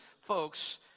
folks